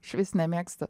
išvis nemėgstu